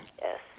Yes